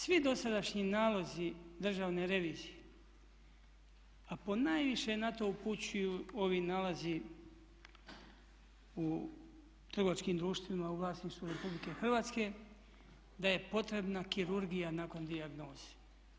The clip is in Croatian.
Svi dosadašnji nalazi Državne revizije a ponajviše na to upućuju ovi nalazi u trgovačkim društvima u vlasništvu Republike Hrvatske, da je potrebna kirurgija nakon dijagnoze.